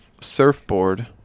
surfboard